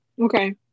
Okay